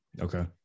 okay